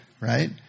right